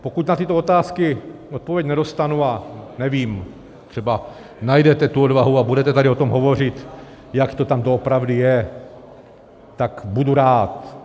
Pokud na tyto otázky odpověď nedostanu, a nevím, třeba najdete tu odvahu a budete tady o tom hovořit, jak to tam doopravdy je, tak budu rád.